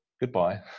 goodbye